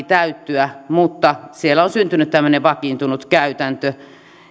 täyttyä mutta siellä on syntynyt tämmöinen vakiintunut käytäntö